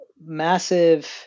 massive